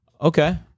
okay